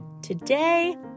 today